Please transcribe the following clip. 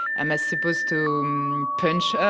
am i supposed to um punch her?